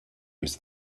was